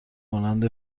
مانند